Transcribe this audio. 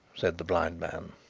said the blind man.